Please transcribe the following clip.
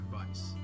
advice